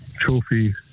trophy